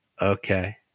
Okay